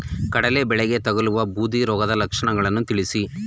ಕಡಲೆ ಬೆಳೆಗೆ ತಗಲುವ ಬೂದಿ ರೋಗದ ಲಕ್ಷಣಗಳನ್ನು ತಿಳಿಸಿ?